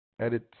Edit